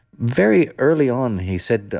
very early on, he said,